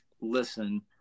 listen